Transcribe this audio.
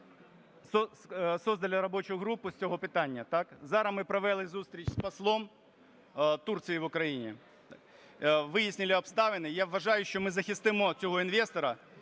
зараз ми провели зустріч з послом Турції в Україні, вияснили обставини. Я вважаю, що ми захистимо цього інвестора.